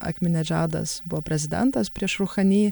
akminedžadas buvo prezidentas prieš ruchany